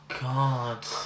God